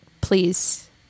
please